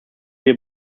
wir